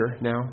now